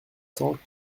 cents